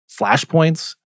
flashpoints